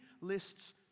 lists